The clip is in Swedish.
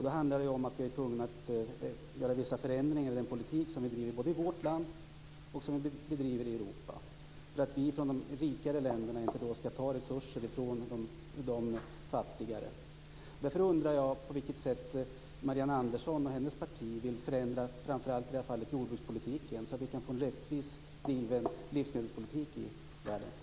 Det handlar om att vi är tvungna att göra vissa förändringar i den politik som vi driver både i vårt land och i Europa, så att vi från de rikare länderna inte ska ta resurser från de fattigare. Därför undrar jag på vilket sätt Marianne Andersson och hennes parti vill förändra framför allt jordbrukspolitiken, så att vi kan få en rättvis livsmedelspolitik i världen.